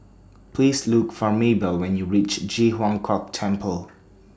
Please Look For Maybell when YOU REACH Ji Huang Kok Temple